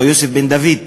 או יוסף בן דוד.